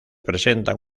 presentan